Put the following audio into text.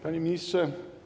Panie Ministrze!